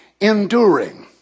enduring